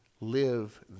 live